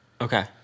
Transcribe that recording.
Okay